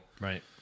right